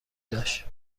داشت